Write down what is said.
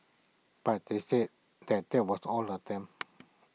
but they said that that was all of them